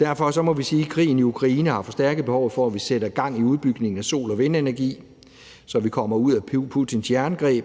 Derfor må vi sige, at krigen i Ukraine har forstærket behovet for, at vi sætter gang i udbygningen af sol- og vindenergi, så vi kommer ud af Putins jerngreb.